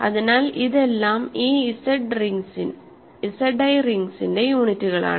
അതിനാൽഇതെല്ലാം ഈ Z i റിംഗ്സിന്റെ യൂണിറ്റുകളാണ്